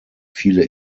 viele